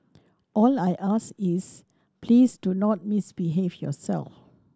all I ask is please do not misbehave yourself